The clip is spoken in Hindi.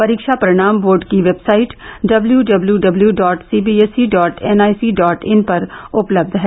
परीक्षा परिणाम बोर्ड की website W W W dot CBSE dot NIC dot in पर उपलब्ध है